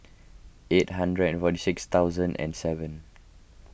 eight hundred and forty six thousand and seven